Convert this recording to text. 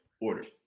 order